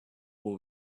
will